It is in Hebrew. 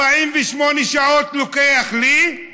48 שעות לוקח לי.